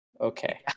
Okay